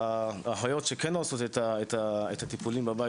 האחיות שכן עושות את הטיפולים בבית,